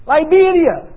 Liberia